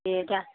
दे दा